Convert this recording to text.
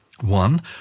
One